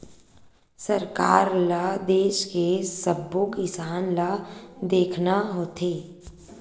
सरकार ल देस के सब्बो किसान ल देखना होथे